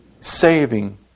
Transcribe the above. saving